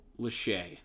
Lachey